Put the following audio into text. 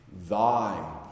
thy